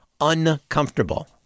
uncomfortable